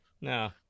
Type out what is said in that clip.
No